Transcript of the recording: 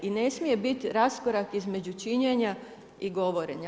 I ne smije biti raskorak između činjenja i govorenja.